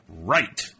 right